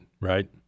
right